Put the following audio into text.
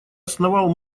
основал